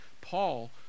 Paul